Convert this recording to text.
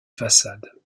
façades